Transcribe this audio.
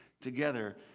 together